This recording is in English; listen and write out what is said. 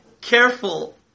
careful